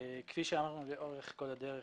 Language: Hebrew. כפי שאמרנו לאורך כל הדרך,